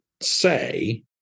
say